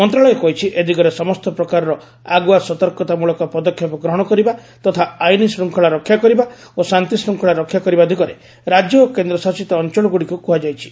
ମନ୍ତ୍ରଣାଳୟ କହିଛି ଏ ଦିଗରେ ସମସ୍ତ ପ୍ରକାରର ଆଗୁଆ ସତର୍କତା ମୂଳକ ପଦକ୍ଷେପ ଗ୍ରହଣ କରିବା ତଥା ଆଇନ୍ ଶୂଙ୍ଖଳା ରକ୍ଷା କରିବା ଓ ଶାନ୍ତିଶୂଙ୍ଖଳା ରକ୍ଷା କରିବା ଦିଗରେ ରାଜ୍ୟ ଓ କେନ୍ଦ୍ର ଶାସିତ ଅଞ୍ଚଳଗୁଡ଼ିକୁ କୁହାଯାଇଛି